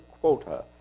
quota